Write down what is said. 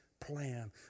plan